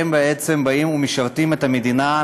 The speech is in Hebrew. הם בעצם באים ומשרתים את המדינה,